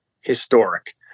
historic